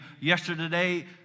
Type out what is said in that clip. yesterday